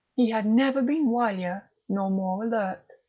he had never been wilier nor more alert.